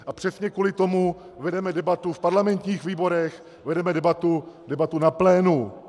A přesně kvůli tomu vedeme debatu v parlamentních výborech, vedeme debatu na plénu.